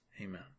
Amen